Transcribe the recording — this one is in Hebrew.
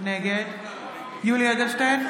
נגד יולי יואל אדלשטיין,